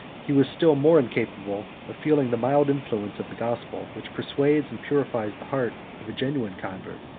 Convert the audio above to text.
he was still more incapable of feeling the mild influence of the gospel, which persuades and purifies the heart of a genuine convert.